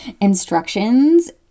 instructions